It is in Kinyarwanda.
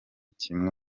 kimwe